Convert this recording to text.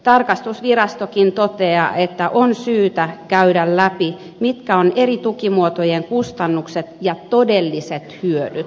tarkastusvirastokin toteaa että on syytä käydä läpi mitkä ovat eri tukimuotojen kustannukset ja todelliset hyödyt